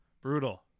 brutal